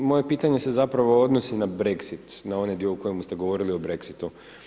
Moje pitanje se zapravo odnosi na BREXIT, na onaj dio o kojemu ste govorili o BREXIT-u.